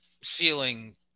feeling